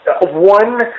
one